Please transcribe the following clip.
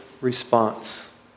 response